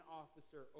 officer